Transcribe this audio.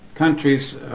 Countries